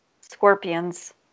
scorpions